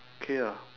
okay lah